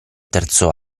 terzo